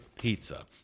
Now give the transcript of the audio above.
pizza